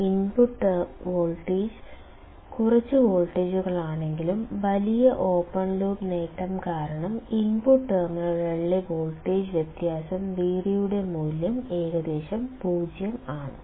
input voltage കുറച്ച് വോൾട്ടുകളാണെങ്കിലും വലിയ ഓപ്പൺ ലൂപ്പ് നേട്ടം കാരണം ഇൻപുട്ട് ടെർമിനലുകളിലെ വോൾട്ടേജ് വ്യത്യാസം Vd യുടെ മൂല്യം ഏകദേശം 0 ആണ്